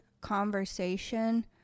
conversation